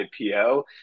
IPO